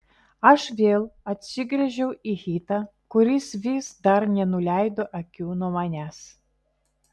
aš vėl atsigręžiau į hitą kuris vis dar nenuleido akių nuo manęs